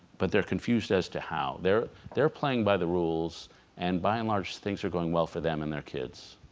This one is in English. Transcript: but they're confused as to how. they're they're playing by the rules and by and large things are going well for them and their kids.